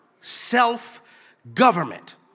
Self-government